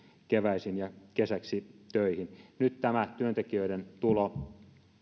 keväisin ja kesäksi töihin nyt tämä työntekijöiden tulo